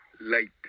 light